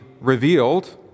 revealed